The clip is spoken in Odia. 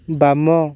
ବାମ